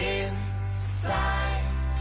inside